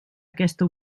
aquesta